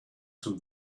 some